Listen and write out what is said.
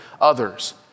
others